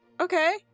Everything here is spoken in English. Okay